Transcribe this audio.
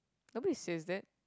nobody says that